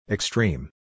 Extreme